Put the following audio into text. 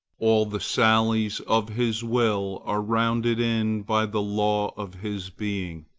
all the sallies of his will are rounded in by the law of his being,